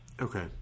Okay